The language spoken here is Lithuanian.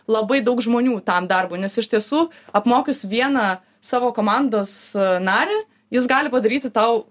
labai daug žmonių tam darbui nes iš tiesų apmokius vieną savo komandos narį jis gali padaryti tau